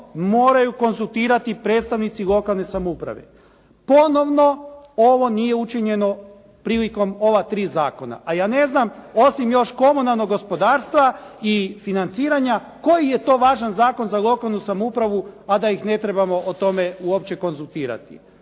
moraju konzultirati predstavnici lokalne samouprave. Ponovo ovo nije učinjeno prilikom ova tri zakona, a ja ne znam osim još komunalnog gospodarstva i financiranja koji je to važan zakon za lokalnu samoupravu, a da ih ne trebamo o tome uopće konzultirati